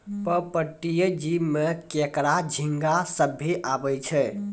पर्पटीय जीव में केकड़ा, झींगा सभ्भे आवै छै